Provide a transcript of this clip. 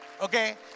Okay